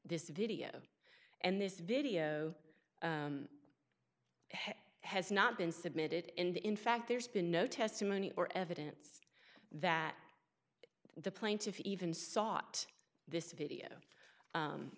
this video and this video has not been submitted in fact there's been no testimony or evidence that the plaintiff even sought this video